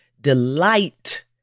delight